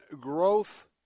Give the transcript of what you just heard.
growth